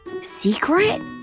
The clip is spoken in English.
Secret